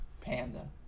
Panda